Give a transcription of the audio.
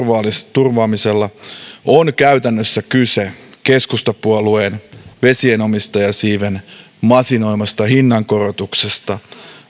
turvaamisella on käytännössä kyse keskustapuolueen vesienomistajasiiven masinoimasta hinnankorotuksesta